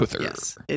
yes